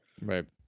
Right